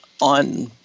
on